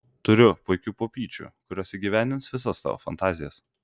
turiu puikių pupyčių kurios įgyvendins visas tavo fantazijas